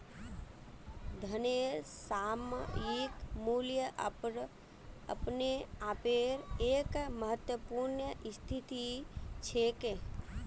धनेर सामयिक मूल्य अपने आपेर एक महत्वपूर्ण स्थिति छेक